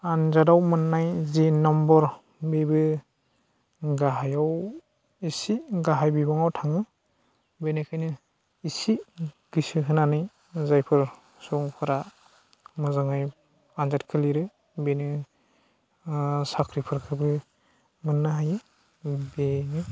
आनजादाव मोननाय जि नाम्बार बेबो गाहायाव इसे गाहाय बिबाङाव थाङो बेनिखायनो इसे गोसोहोनानै जायफोर सुबुंफोरा मोजाङै आनजादखौ लिरो बेनो ओ साख्रिफोरखोबो मोननो हायो बेनो